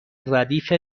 ردیف